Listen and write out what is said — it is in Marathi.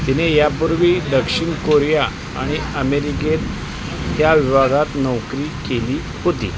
तिने यापूर्वी दक्षिण कोरिया आणि अमेरिकेत या विभागात नोकरी केली होती